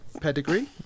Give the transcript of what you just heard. pedigree